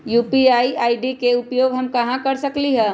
UPI ID के उपयोग हम कहां कहां कर सकली ह?